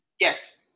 Yes